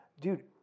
dude